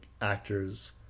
actors